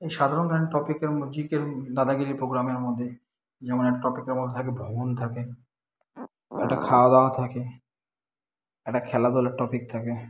ওই সাধারণ জ্ঞান টপিকে আমরা জিকে দাদাগিরি পোগ্রামের মধ্যে যেমন একটা টপিকের মতো থাকে ভ্রমণ থাকে একটা খাওয়া দাওয়া থাকে একটা খেলাধুলার টপিক থাকে